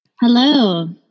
Hello